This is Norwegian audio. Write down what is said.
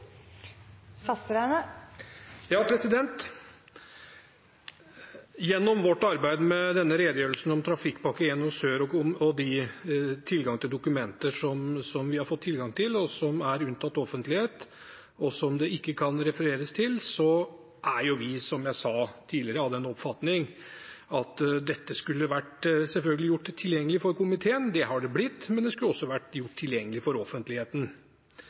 dokumenter vi har fått tilgang til, og som er unntatt offentlighet, og som det ikke kan refereres til, er vi, som jeg sa tidligere, av den oppfatning at dette selvfølgelig skulle ha vært gjort tilgjengelig for komiteen. Det har det nå blitt, men det skulle også ha vært gjort tilgjengelig for offentligheten.